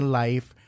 life